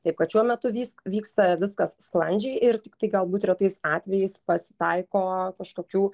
taip kad šiuo metu vys vyksta viskas sklandžiai ir tiktai galbūt retais atvejais pasitaiko kažkokių